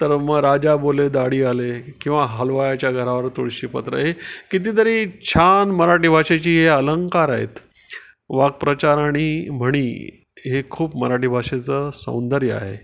तर मग राजा बोले दाढी हाले किंवा हलवायाच्या घरावर तुळशीपत्र हे कितीतरी छान मराठी भाषेची हे अलंंकार आहेत वाक्प्रचार आणि म्हणी हे खूप मराठी भाषेचं सौंदर्य आहे